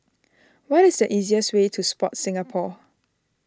what is the easiest way to Sport Singapore